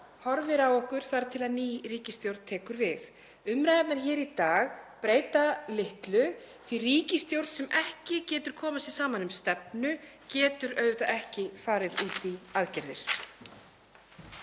horfir á okkur þar til að ný ríkisstjórn tekur við. Umræðurnar hér í dag breyta litlu því að ríkisstjórn sem ekki getur komið sér saman um stefnu getur auðvitað ekki farið út í aðgerðir.